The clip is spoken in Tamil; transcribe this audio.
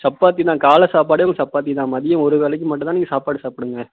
சப்பாத்தி தான் காலை சாப்பாடே உங்களுக்கு சப்பாத்தி தான் மதியம் ஒரு வேலைக்கு மட்டும் தான் நீங்கள் சாப்பாடு சாப்பிடுங்க